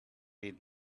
read